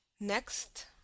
Next